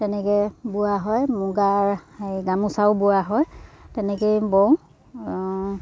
তেনেকৈ বোৱা হয় মুগাৰ হেৰি গামোচাও বোৱা হয় তেনেকৈয়ে বওঁ